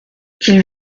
qu’ils